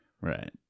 Right